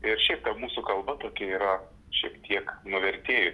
ir šiaip ta mūsų kalba tokia yra šiek tiek nuvertėjusi